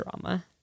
drama